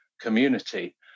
community